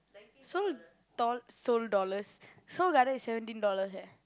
Seoul doll~ Seoul dollars~ Seoul-Garden is seventeen dollars leh